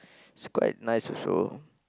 it's quite nice also